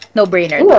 No-brainer